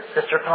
Sister